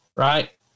Right